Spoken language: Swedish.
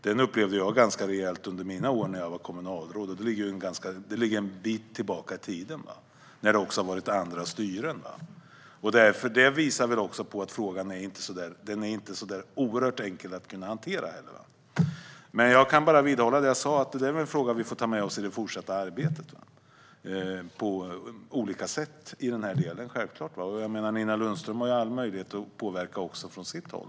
Jag upplevde den ganska rejält under mina år som kommunalråd, och det ligger en bit tillbaka i tiden när det också har varit andra styren. Det visar väl också på att frågan inte är så oerhört enkel att hantera. Jag kan bara vidhålla det jag sa om att vi självklart får ta med oss frågan i det fortsatta arbetet på olika sätt. Nina Lundström har all möjlighet att också påverka från sitt håll.